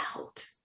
out